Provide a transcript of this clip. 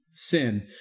sin